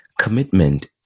Commitment